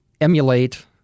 emulate